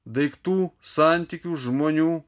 daiktų santykių žmonių